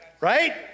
Right